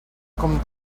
com